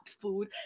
food